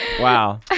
Wow